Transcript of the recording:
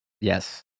Yes